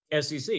SEC